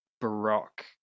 Baroque